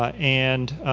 and